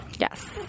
Yes